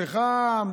פחם,